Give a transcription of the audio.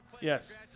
Yes